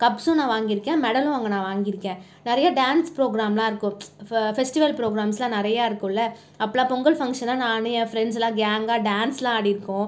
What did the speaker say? கப்ஸும் நான் வாங்கி இருக்கேன் மெடலும் அங்கே நான் வாங்கி இருக்கேன் நிறைய டான்ஸ் ப்ரோக்ராம்லாம் இருக்கும் ஃபெஸ்டிவல் ப்ரோக்ராம்ஸ்லாம் நிறைய இருக்குல அப்பெல்லாம் பொங்கல் பங்க்ஷன்லாம் நானும் என் ஃப்ரெண்ட்ஸ்லாம் கேங்காக டான்ஸ்லாம் ஆடி இருக்கோம்